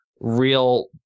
real